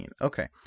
Okay